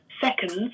seconds